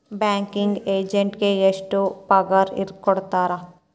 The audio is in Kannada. ಬ್ಯಾಂಕಿಂಗ್ ಎಜೆಂಟಿಗೆ ಎಷ್ಟ್ ಪಗಾರ್ ಕೊಡ್ತಾರ್?